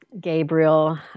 Gabriel